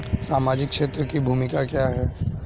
सामाजिक क्षेत्र की भूमिका क्या है?